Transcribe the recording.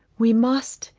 we must,